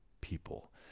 people